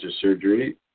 surgery